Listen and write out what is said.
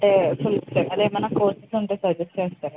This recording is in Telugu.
అంటే ఫుల్ అదే ఏమైనా కోర్సెస్ ఉంటే సజెస్ట్ చేస్తారా